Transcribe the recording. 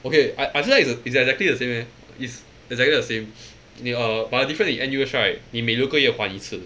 okay I I feel like is the is exactly the same leh is exactly the same err but different in N_U_S right 你每六个月换一次